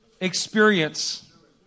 experience